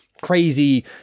crazy